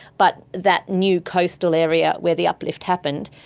but that new coastal area where the uplift happened,